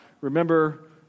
remember